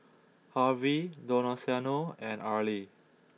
Harvey Donaciano and Arlie